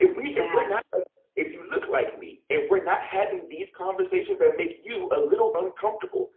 if we're you know we're not if you look like me and we're not having these conversations that make you a little uncomfortable